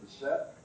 set